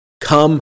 come